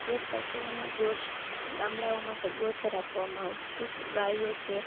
જે પશુઓનું ગોશ ગામડાઓમાં છે ગૌચર આપવામાં આવતું કે ગાયો છે